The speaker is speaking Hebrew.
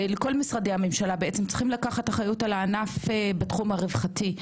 כל משרדי הממשלה בעצם צריכים לקחת אחריות על הענף בתחום הרווחתי,